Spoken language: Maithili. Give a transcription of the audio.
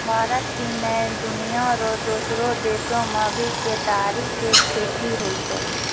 भारत ही नै, दुनिया रो दोसरो देसो मॅ भी केतारी के खेती होय छै